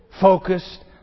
Focused